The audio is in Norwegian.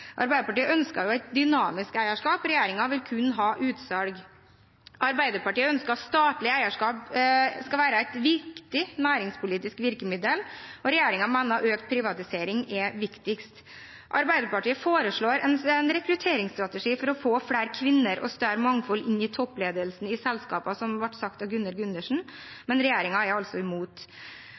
Arbeiderpartiet ønsker et dynamisk eierskap, regjeringen vil kun ha utsalg. Arbeiderpartiet ønsker at statlig eierskap skal være et viktig næringspolitisk virkemiddel, regjeringen mener økt privatisering er viktigst. Arbeiderpartiet foreslår en rekrutteringsstrategi for å få flere kvinner og større mangfold inn i toppledelsen i selskapene, som det ble sagt av Gunnar Gundersen, men regjeringen er imot.